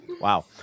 Wow